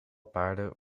paarden